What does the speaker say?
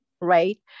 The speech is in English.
right